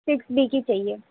صرف بی کی چاہیے